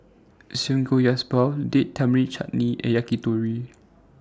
Samgeyopsal Date Tamarind Chutney and Yakitori